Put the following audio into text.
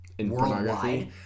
Worldwide